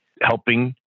helping